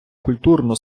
культурну